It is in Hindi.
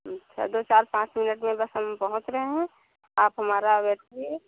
अच्छा दो चार पाँच मिनट में बस हम पहूँच रहे हैं आप हमारा वेट कीजिए